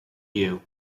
you